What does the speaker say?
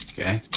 okay?